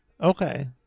Okay